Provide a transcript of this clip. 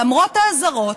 למרות האזהרות,